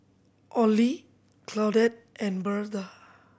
Olie Claudette and Birtha